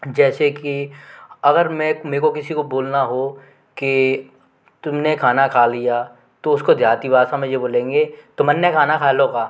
जैसे कि अगर मे मे को किसी को बोलना हो कि तुम ने खाना खा लिया तो उसको देहाती भाषा में ये बोलेंगे तुमन्ने खाना खा लो का